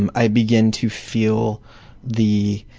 and i begin to feel the